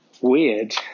weird